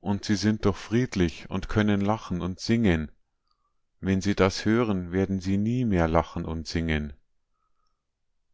und sie sind doch friedlich und können lachen und singen wenn sie das hören werden sie nie mehr lachen und singen